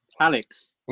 Alex